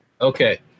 Okay